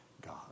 God